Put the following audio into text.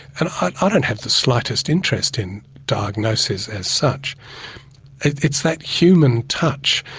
and i don't have the slightest interest in diagnosis as such it's that human touch.